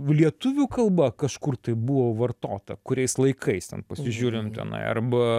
lietuvių kalba kažkur tai buvo vartota kuriais laikais ten pasižiūrint tenai arba